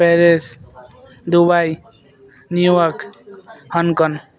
Paris Dubai New York Hong Kong